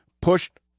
pushed